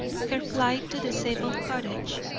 her flight to the zabel cottage,